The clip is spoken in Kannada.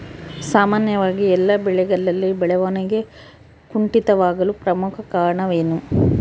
ಸಾಮಾನ್ಯವಾಗಿ ಎಲ್ಲ ಬೆಳೆಗಳಲ್ಲಿ ಬೆಳವಣಿಗೆ ಕುಂಠಿತವಾಗಲು ಪ್ರಮುಖ ಕಾರಣವೇನು?